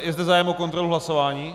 Je zde zájem o kontrolu hlasování?